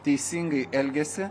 teisingai elgiasi